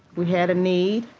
we had a need,